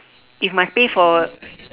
if must pay for